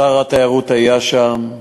שר התיירות היה שם,